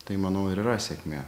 tai manau ir yra sėkmė